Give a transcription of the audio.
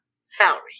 salary